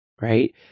right